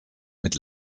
mit